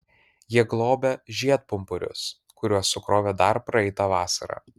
jie globia žiedpumpurius kuriuos sukrovė dar praeitą vasarą